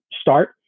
start